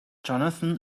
johnathan